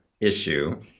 issue